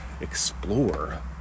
explore